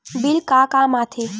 Bill का काम आ थे?